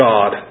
God